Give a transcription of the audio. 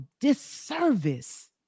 disservice